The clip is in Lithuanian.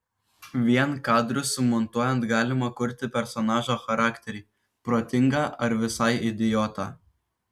vien kadrus sumontuojant galima kurti personažo charakterį protingą ar visai idiotą